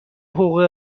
حقوق